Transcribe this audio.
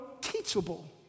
teachable